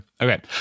Okay